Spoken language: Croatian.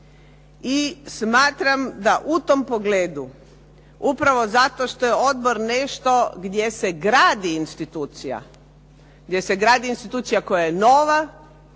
I smatram da u tom pogledu, upravo zato što je odbor nešto gdje se gradi institucija koja je nova,